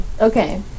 Okay